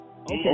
Okay